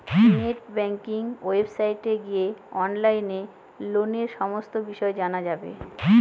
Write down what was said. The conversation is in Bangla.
নেট ব্যাঙ্কিং ওয়েবসাইটে গিয়ে অনলাইনে লোনের সমস্ত বিষয় জানা যাবে